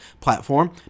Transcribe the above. platform